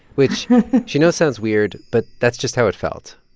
which she knows sounds weird, but that's just how it felt.